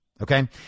Okay